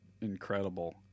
incredible